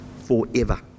forever